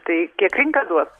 tai kiek rinka duos